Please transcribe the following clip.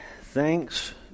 thanks